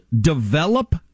develop